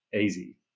easy